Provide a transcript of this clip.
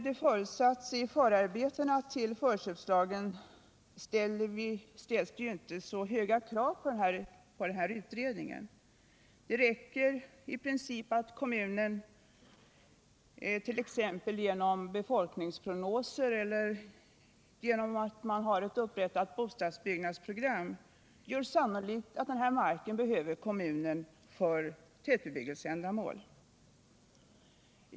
Enligt förarbetena till förköpslagen ställs inte så höga krav på en sådan utredning. Det räcker i princip att kommunen t.ex. genom befolkningsprognoser eller med hänvisning till ett upprättat bostadsbyggnadsprogram gör sannolikt att kommunen behöver marken för tätbebyggelseändamål.